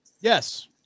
Yes